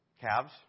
calves